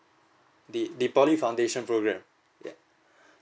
the the poly foundation program ya